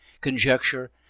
conjecture